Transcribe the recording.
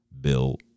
Bill